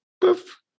poof